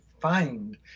find